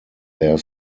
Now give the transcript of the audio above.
their